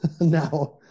now